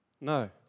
No